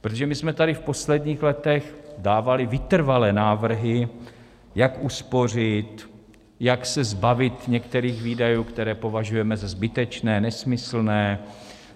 Protože my jsme tady v posledních letech dávali vytrvale návrhy, jak uspořit, jak se zbavit některých výdajů, které považujeme za zbytečné, nesmyslné,